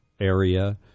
area